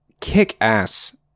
kick-ass